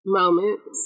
moments